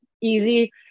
easy